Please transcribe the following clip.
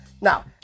Now